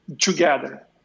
together